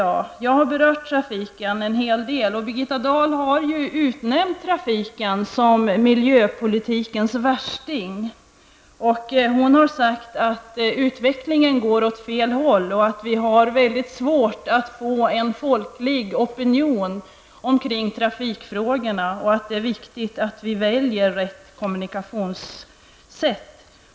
Jag har berört trafikpolitiken en del. Birgitta Dahl har ju utnämnt trafiken till miljöpolitikens värsting. Hon har sagt att utvecklingen går åt fel håll. Vi har väldigt svårt att få en folklig opinion omkring trafikfrågorna och det är viktigt att vi väljer rätt kommunikationssätt.